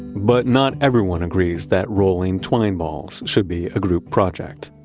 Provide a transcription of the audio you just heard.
but not everyone agrees that rolling twine balls should be a group project,